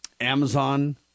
Amazon